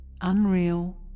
unreal